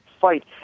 fight